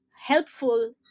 helpful